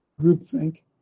Groupthink